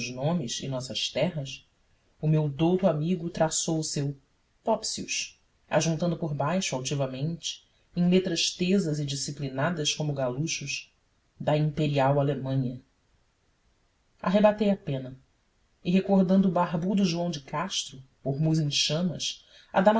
nomes e nossas terras o meu douto amigo traçou o seu topsius ajuntando por baixo altivamente em letras tesas e disciplinadas como galuchos da imperial alemanha arrebatei a pena e recordando o barbudo joão de castro ormuz em chamas